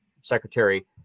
secretary